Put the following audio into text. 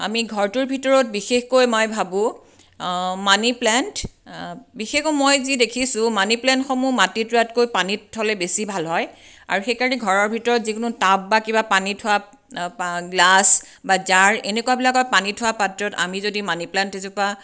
আমি ঘৰটোৰ ভিতৰত বিশেষকৈ মই ভাবোঁ মানি প্লেণ্ট বিশেষকৈ মই যি দেখিছোঁ মানি প্লেণ্টসমূহ মাটিত ৰুৱাতকৈ পানীত থ'লে বেছি ভাল হয় আৰু সেইকাৰণে ঘৰৰ ভিতৰত যিকোনো টাব বা কিবা পানী থোৱা গ্লাছ বা জাৰ এনেকুৱা বিলাকত পানী থোৱা পাত্ৰত আমি যদি মানি প্লেণ্ট এজোপা